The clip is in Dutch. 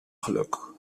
geluk